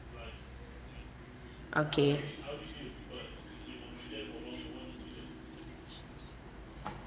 okay